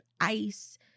ice